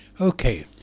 Okay